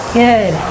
good